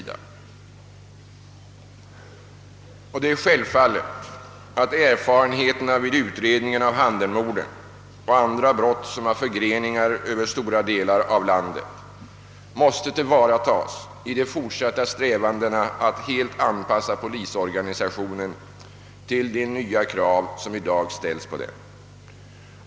Det är självfallet att erfarenheterna vid utredningen av Handenmorden och andra brott som har förgreningar över stora delar av landet måste tillvaratas i de fortsatta strävandena att helt anpassa polisorganisationen till de nya krav som i dag ställs på den.